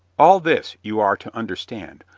all this, you are to understand,